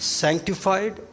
sanctified